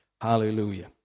Hallelujah